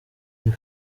iyo